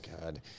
God